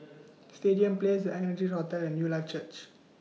Stadium Place The Ardennes Hotel and Newlife Church